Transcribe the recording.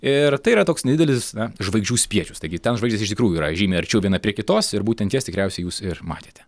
ir tai yra toks nedidelis žvaigždžių spiečius taigi ten žvaigždės iš tikrųjų yra žymiai arčiau viena prie kitos ir būtent jas tikriausiai jūs ir matėte